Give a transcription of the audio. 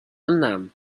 enam